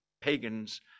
pagans